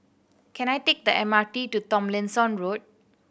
can I take the M R T to Tomlinson Road